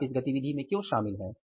आप इस गतिविधि में क्यों शामिल हैं